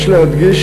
יש להדגיש,